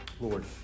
Lord